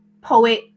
poet